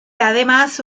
además